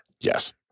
Yes